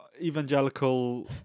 Evangelical